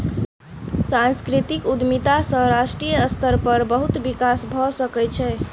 सांस्कृतिक उद्यमिता सॅ राष्ट्रीय स्तर पर बहुत विकास भ सकै छै